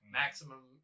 maximum